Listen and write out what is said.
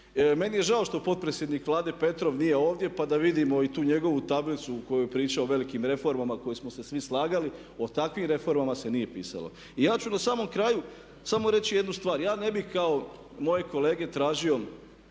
Meni je žao što potpredsjednik Vlade Petrov nije ovdje, pa da vidimo i tu njegovu tablicu u kojoj je pričao o velikim reformama o kojima smo se svi slagali, o takvim reformama se nije pisalo. I ja ću na samom kraju samo reći jednu stvar. Ja ne bih kao moje kolege tražio